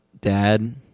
dad